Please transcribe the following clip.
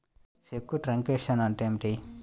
చెక్కు truncation అంటే ఏమిటి?